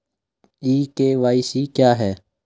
ई KYC क्या है?